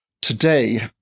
Today